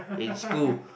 in school